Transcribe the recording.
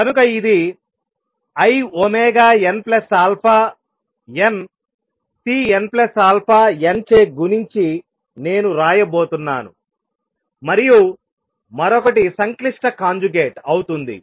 కనుక ఇది inαnCnαn చే గుణించి నేను వ్రాయబోతున్నాను మరియు మరొకటి సంక్లిష్ట కాంజుగేట్ అవుతుంది